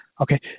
okay